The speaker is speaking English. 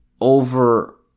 over